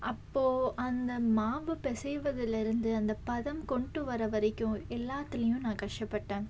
அப்போ அந்த மாவு பிசைவதுலேருந்து அந்த பதம் கொண்டு வர வரைக்கும் எல்லாத்திலையும் நான் கஷ்டப்பட்டேன்